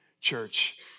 church